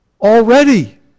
already